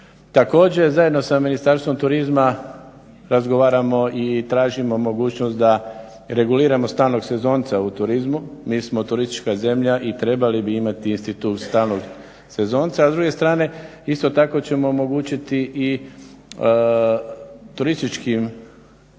Također, zajedno sa Ministarstvom turizma razgovaramo i tražimo mogućnost da reguliramo stalnog sezonca u turizmu. Mi smo turistička zemlja i trebali bi imati institut stalnog sezonca, a s druge strane isto tako ćemo omogućiti i turističkim